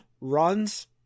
runs